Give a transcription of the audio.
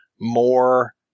more